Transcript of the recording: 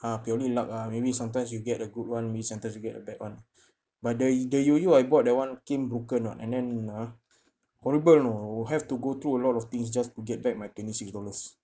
ah purely luck ah maybe sometimes you get a good one maybe sometimes you get a bad one but the yo~ the yoyo I bought that [one] came broken ah and then ah horrible you know have to go through a lot of things just to get back my twenty-six dollars